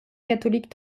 catholique